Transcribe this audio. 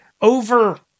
over